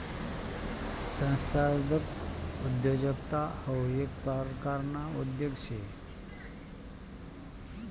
संस्थागत उद्योजकता हाऊ येक परकारना उद्योग शे